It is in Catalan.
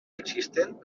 existent